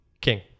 King